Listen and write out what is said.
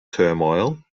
turmoil